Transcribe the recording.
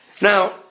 Now